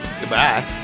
Goodbye